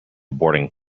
boarding